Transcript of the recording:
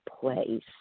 place